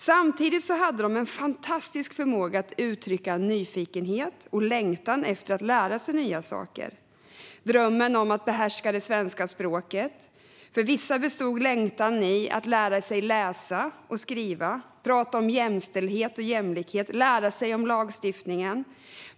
Samtidigt hade de en fantastisk förmåga att uttrycka nyfikenhet och längtan efter att lära sig nya saker. De drömde om att behärska det svenska språket. För vissa bestod längtan i att lära sig läsa och skriva, prata om jämställdhet och jämlikhet och lära sig om lagstiftningen.